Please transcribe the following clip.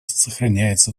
сохраняется